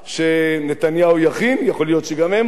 יכול להיות שגם הם אוהבי ארץ-ישראל ויצטרפו אלינו,